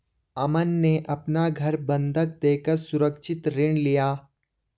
अमन ने अपना घर बंधक देकर सुरक्षित ऋण लिया